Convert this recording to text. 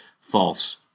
false